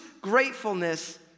gratefulness